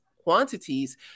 quantities